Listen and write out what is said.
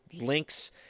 links